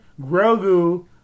Grogu